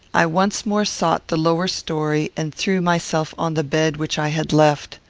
i once more sought the lower story and threw myself on the bed which i had left.